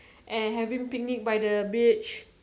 and having picnic by the beach